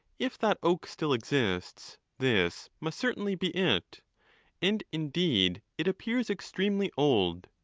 if that oak still exists, this must certainly be it and, indeed, it appears extremely old.